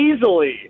easily